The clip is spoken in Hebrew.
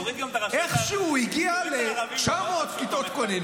תוריד גם את הרשויות הערביות --- איכשהו הוא הגיע ל-900 כיתות כוננות.